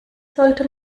sollte